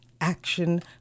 Action